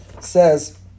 says